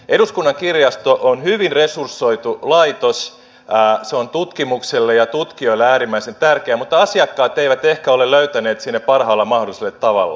eduskunnan kirjasto on hyvin resursoitu laitos se on tutkimukselle ja tutkijoille äärimmäisen tärkeä mutta asiakkaat eivät ehkä ole löytäneet sinne parhaalla mahdollisella tavalla